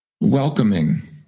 welcoming